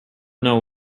know